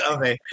Okay